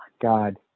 God